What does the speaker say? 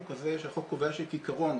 החוק קובע כעיקרון